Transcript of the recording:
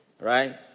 Right